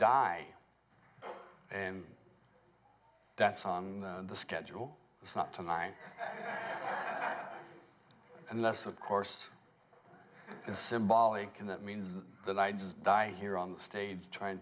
die and that's on the schedule it's not to mine unless of course it's symbolic and that means that i just die here on the stage trying